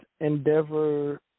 Endeavor